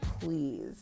please